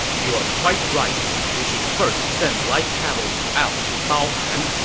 you're quite right. we should first send light cavalry out to baohan.